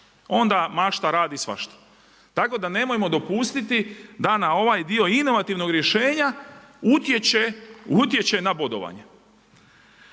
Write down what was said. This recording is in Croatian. onda mašta radi svašta. Tako da nemojmo dopustiti da na ovaj dio inovativnog rješenja utječe na bodovanje.